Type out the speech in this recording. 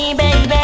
baby